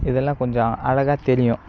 இதெல்லாம் கொஞ்சம் அழகாக தெரியும்